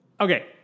okay